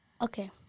Okay